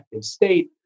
state